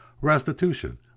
restitution